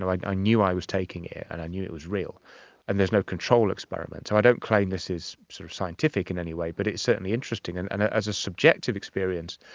like i knew i was taking it and i knew it was real and there's no control experiments, so i don't claim this is sort of scientific in any way but it's certainly interesting. and and as a subjective experience,